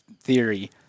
theory